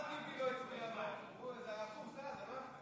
24 בעד, נוכח אחד.